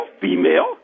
female